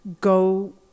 go